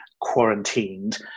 quarantined